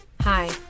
Hi